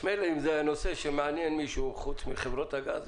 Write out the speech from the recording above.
חזקה היא כי נושא משרה בחרה הפר את חובתו לפי סעיף קטן (א),